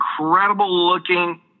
incredible-looking